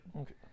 Okay